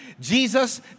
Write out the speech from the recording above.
Jesus